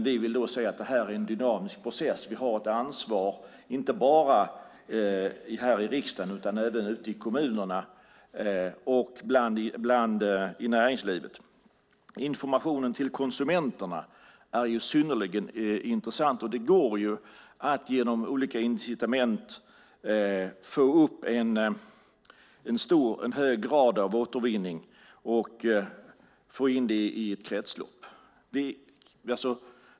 Vi vill säga att det är en dynamisk process. Vi har ett ansvar inte bara här i riksdagen utan även i kommunerna och i näringslivet. Informationen till konsumenterna är synnerligen intressant. Det går att genom olika incitament få en hög grad av återvinning och få in det i ett kretslopp.